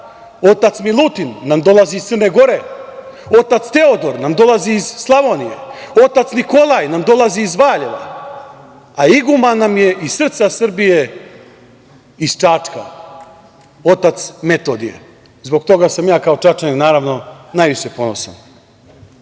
otac Milutin nam dolazi iz Crne Gore, otac Teodor nam dolazi i Slavonije, otac Nikolaj nam dolazi iz Valjeva, a iguman nam je iz srca Srbije, iz Čačka, otac Metodije. Zbog toga sam ja kao Čačanin naravno najviše ponosan. Vi